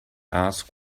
ask